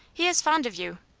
he is fond of you.